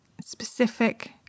specific